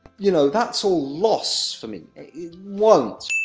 you know, that's all loss for me. it won't,